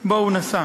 שבו הוא נסע.